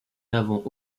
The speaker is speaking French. n’avons